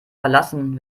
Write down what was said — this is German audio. verlassen